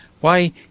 Why